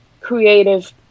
creative